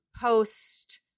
post